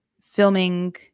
filming